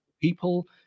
People